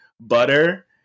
butter